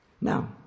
Now